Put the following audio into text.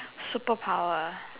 superpower